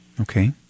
Okay